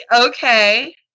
Okay